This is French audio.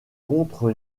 contre